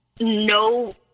no